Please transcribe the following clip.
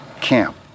camp